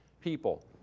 people